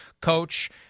coach